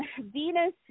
Venus